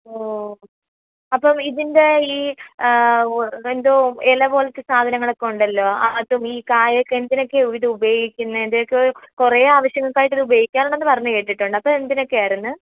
ഓ അപ്പം ഇതിൻ്റെ ഈ എന്തോ ഇല പോലത്തെ സാധനങ്ങളൊക്കെ ഉണ്ടല്ലോ അതും ഈ കായൊക്കെ എന്തിനൊക്കെ ഇത് ഉപയോഗിക്കുന്നത് ഇതൊക്കെ കുറേ ആവശ്യങ്ങൾക്കായി ഇത് ഉപയോഗിക്കാറുണ്ടെന്ന് പറഞ്ഞ് കേട്ടിട്ടുണ്ട് അപ്പോൾ അത് എന്തിനൊക്കെ ആയിരുന്നു